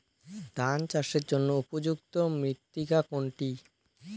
ধান চাষের জন্য উপযুক্ত মৃত্তিকা কোনটি?